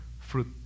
fruit